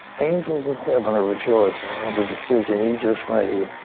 angels of heaven are rejoicing on the decision you just made.